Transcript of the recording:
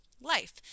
life